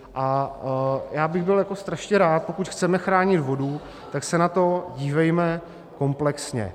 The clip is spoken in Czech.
A já bych byl strašně rád, pokud chceme chránit vodu, tak se na to dívejme komplexně.